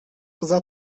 poza